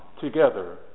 together